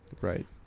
right